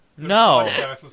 No